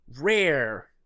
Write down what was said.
rare